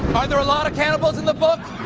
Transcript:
are there a lot of canibals in the book?